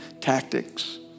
tactics